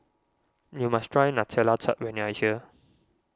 you must try Nutella Tart when you are here